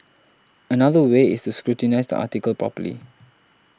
another way is scrutinise the article properly